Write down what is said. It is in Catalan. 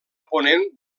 ponent